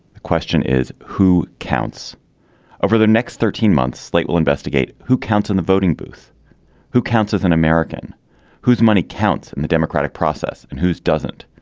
the question is who counts over the next thirteen months slate will investigate who counts in the voting booth who counts as an american who's money counts and the democratic process and who's doesn't.